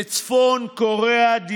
לצפון קוריאה דמינו,